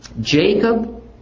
Jacob